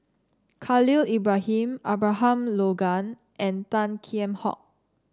Khalil Ibrahim Abraham Logan and Tan Kheam Hock